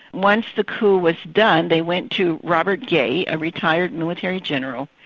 once the coup was done, they went to robert guei, a retired military general,